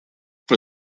for